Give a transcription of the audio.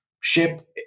Ship